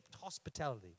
hospitality